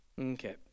Okay